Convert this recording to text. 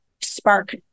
spark